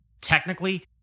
Technically